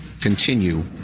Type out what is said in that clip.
continue